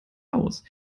aus